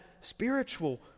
spiritual